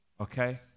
okay